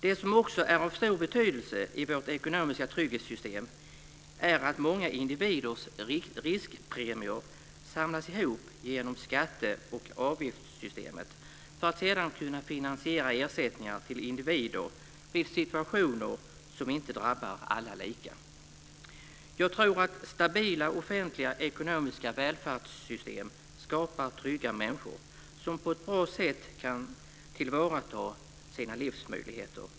Det som också är av stor betydelse i vårt ekonomiska trygghetssystem är att många individers riskpremier samlas ihop genom skatte och avgiftssystemet för att sedan kunna finansiera ersättningar till individer vid situationer som inte drabbar alla lika. Jag tror att stabila offentliga ekonomiska välfärdssystem skapar trygga människor som på ett bra sätt kan tillvarata sina livsmöjligheter.